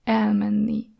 elmenni